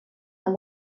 amb